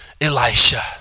Elisha